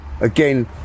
again